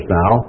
now